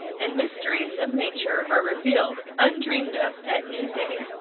and mysteries of nature are revealed undreamed of at noonday.